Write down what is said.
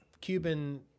Cuban